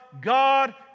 God